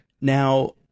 Now